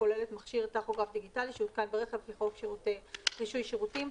הכוללת מכשיר טכוגרף דיגיטלי שהותקן ברכב לפי חוק רישוי שירותים,